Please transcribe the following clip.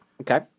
Okay